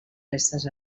restes